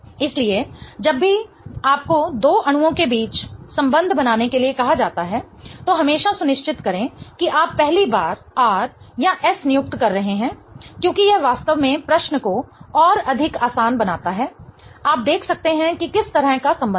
इसलिए जब भी आपको दो अणुओं के बीच संबंध बनाने के लिए कहा जाता है तो हमेशा सुनिश्चित करें कि आप पहली बार R या S नियुक्त कर रहे हैं क्योंकि यह वास्तव में प्रश्न को और अधिक आसान बनाता है आप देख सकते हैं कि किस तरह का संबंध है